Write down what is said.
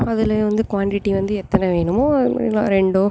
அதில் வந்து குவான்டிட்டி வந்து எத்தனை வேணுமோ ரெண்டோ